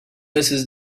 mrs